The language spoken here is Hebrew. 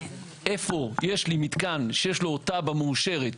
איפה יש לי מתקן שיש לו תב"ע מאושרת,